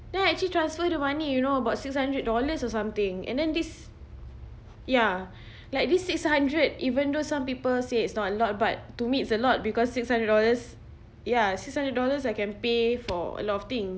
then I actually transfer the money you know about six hundred dollars or something and then this ya like this six hundred even though some people say it's not a lot but to me it's a lot because six hundred dollars ya six hundred dollars I can pay for a lot of things